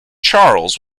charles